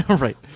Right